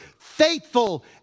faithful